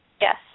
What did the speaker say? Yes